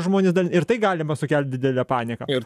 žmonės dar ir tai galima sukelt didelę paniką ir